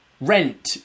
rent